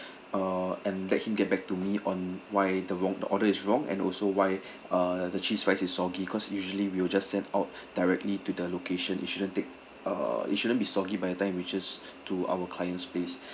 uh and let him get back to me on why the wrong the order is wrong and also why uh the cheese fries is soggy cause usually we will just send out directly to the location it shouldn't take uh it shouldn't be soggy by the time it reaches to our client's place